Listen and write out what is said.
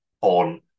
on